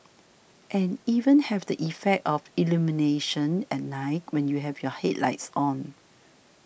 and even have the effect of illumination at night when you have your headlights on